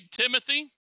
timothy